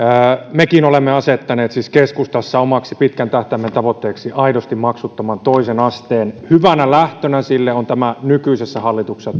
mekin keskustassa olemme asettaneet omaksi pitkän tähtäimen tavoitteeksemme aidosti maksuttoman toisen asteen hyvänä lähtönä sille on tämä nykyisessä hallituksessa